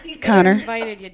Connor